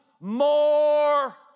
more